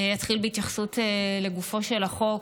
אני אתחיל בהתייחסות לגופו של החוק